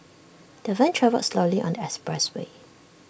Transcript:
the van travelled slowly on the expressway